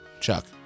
Chuck